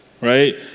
right